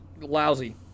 Lousy